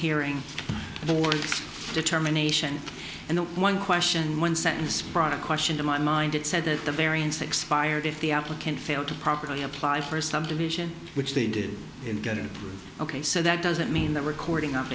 hearing the words determination and the one question one sentence brought a question to my mind it said that the variance expired if the applicant failed to properly apply for a subdivision which they did and got it ok so that doesn't mean the recording of